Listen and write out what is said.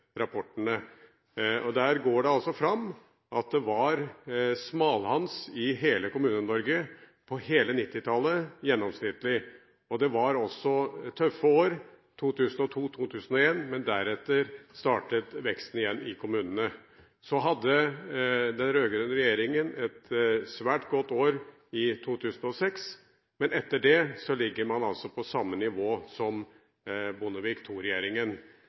Der går det fram at det var smalhans i hele Kommune-Norge på hele 1990-tallet – gjennomsnittlig. Det var også tøffe år i 2001 og 2002, men deretter startet veksten igjen i kommunene. Så hadde den rød-grønne regjeringen et svært godt år i 2006, men etter det ligger man på samme nivå som Bondevik